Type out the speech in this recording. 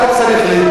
אתה צריך להתבייש.